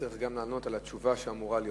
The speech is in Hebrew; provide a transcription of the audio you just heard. צריך גם לתת את התשובה שאמורה להיות?